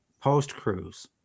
post-cruise